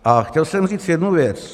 A chtěl jsem říct jednu věc.